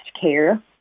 care